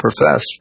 profess